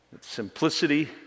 Simplicity